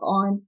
on